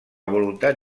voluntat